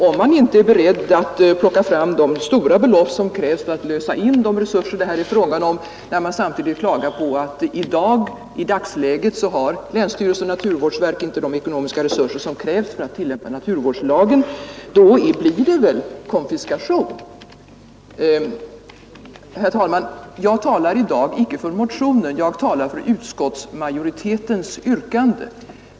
Om man inte är beredd att plocka fram de stora belopp som krävs för att lösa in de resurser det här gäller, och när man samtidigt klagar på att länsstyrelse och naturvårdsverk i dagsläget inte har de ekonomiska resurser som krävs för att tillämpa naturvårdslagen, då blir det väl konfiskation. 41 Herr talman! Jag talar i dag inte för motionen, jag talar för utskottsmajoritetens yrkande.